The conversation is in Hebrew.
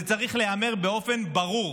זה צריך להיאמר באופן ברור.